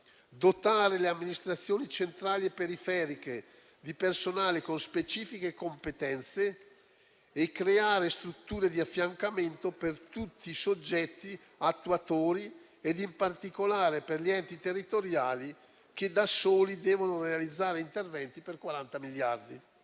dotare le amministrazioni centrali e periferiche di personale con specifiche competenze e creare strutture di affiancamento per tutti i soggetti attuatori ed in particolare per gli enti territoriali che da soli devono realizzare interventi per 40 miliardi.